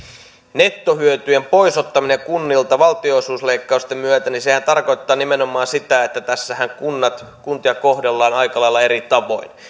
nettohyötyjen pois ottaminen kunnilta valtionosuusleikkausten myötä tarkoittaa nimenomaan sitä että tässähän kuntia kohdellaan aika lailla eri tavoin ja sitten